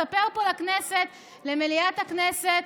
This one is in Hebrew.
ספר פה לכנסת, למליאת הכנסת,